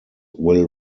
will